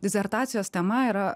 disertacijos tema yra